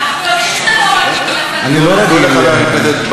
אנחנו יודעים שאתה לא רגיל, אבל בכל זאת.